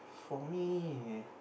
for me